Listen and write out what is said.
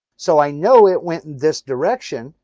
so i know it went in this direction.